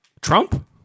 Trump